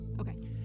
Okay